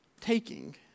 taking